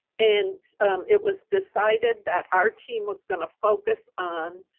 and it was decided that our team was going to focus on